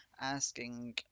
asking